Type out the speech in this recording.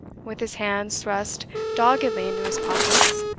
with his hands thrust doggedly into his pockets,